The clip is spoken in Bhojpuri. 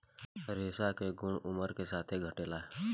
रेशा के गुन उमर के साथे घटेला